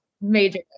major